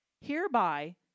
Hereby